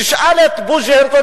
תשאל את בוז'י הרצוג,